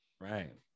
Right